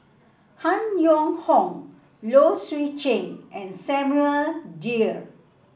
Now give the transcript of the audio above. Han Yong Hong Low Swee Chen and Samuel Dyer